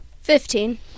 Fifteen